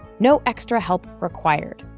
no extra help required.